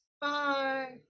Bye